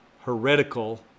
heretical